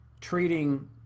treating